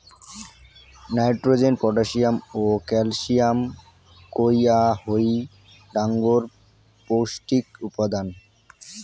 nitrogen, potassium ও ক্যালসিয়ামক কওয়া হই ডাঙর পৌষ্টিক উপাদান